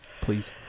Please